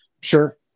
Sure